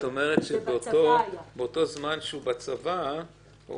את מתכוונת לזה שבזמן שהחייל בחופש מהצבא הוא